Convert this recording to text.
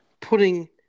putting